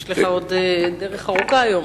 יש לך עוד דרך ארוכה היום,